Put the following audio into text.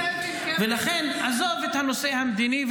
--- מדיני --- עזוב את הנושא המדיני,